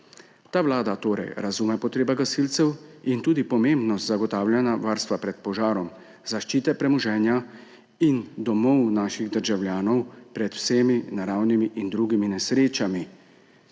Ta vlada torej razume potrebe gasilcev in tudi pomembnost zagotavljanja varstva pred požarom, zaščite premoženja in domov naših državljanov pred vsemi naravnimi in drugimi nesrečami.